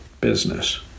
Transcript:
Business